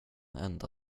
enda